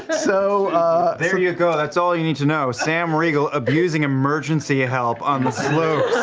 so there you go, that's all you need to know. sam riegel abusing emergency help on the slopes.